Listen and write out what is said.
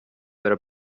داره